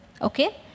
okay